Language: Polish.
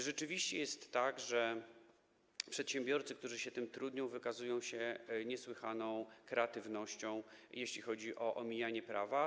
Rzeczywiście jest tak, że przedsiębiorcy, którzy się tym trudnią, wykazują się niesłychaną kreatywnością, jeśli chodzi o omijanie prawa.